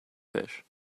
fish